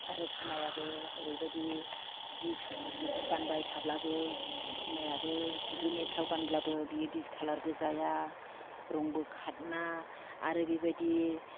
आरो सनायाबो ओरैबायदि जि बेखौ गानबाय थाब्लाबो सनायाबो दुगैनायफ्राव गानब्लाबो बेयो डिसकालारबो जाया रंगबो खारना आरो बेबादि